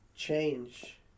change